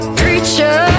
preacher